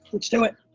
let's do it.